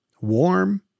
warm